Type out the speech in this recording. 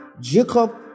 jacob